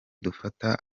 dufata